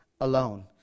alone